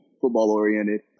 football-oriented